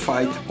Fight